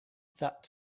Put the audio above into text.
that